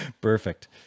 Perfect